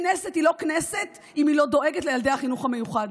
כנסת היא לא כנסת אם היא לא דואגת לילדי החינוך המיוחד.